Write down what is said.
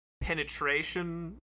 penetration